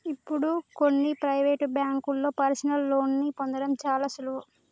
ఇప్పుడు కొన్ని ప్రవేటు బ్యేంకుల్లో పర్సనల్ లోన్ని పొందడం చాలా సులువు